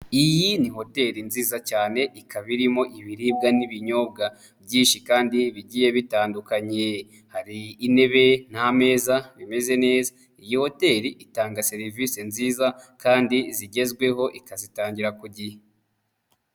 Iyi ni hoteli nziza cyane ikaba irimo ibiribwa n'ibinyobwa byinshi kandi bigiye bitandukanye, hari intebe n'ameza bimeze neza, iyi hoteli itanga serivisi nziza kandi zigezweho ikazitangira ku gihe.